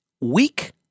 weak